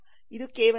ಇದು ಕೇವಲ ಸಹಾಯ